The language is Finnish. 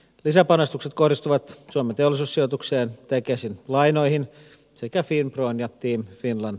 lisäpanostukset kohdistuvat suomen teollisuussijoitukseen tekesin lainoihin sekä finpron ja tim finland